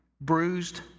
bruised